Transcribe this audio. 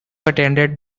attended